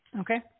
Okay